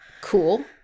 Cool